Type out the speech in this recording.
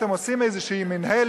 אתם עושים איזו מינהלת,